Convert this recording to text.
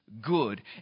good